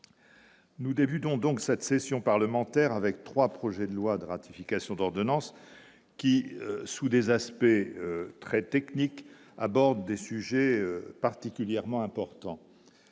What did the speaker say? nous débutons donc cette session parlementaire avec 3 projets de loi de ratification d'ordonnances qui sous des aspects très techniques, aborde des sujets particulièrement important,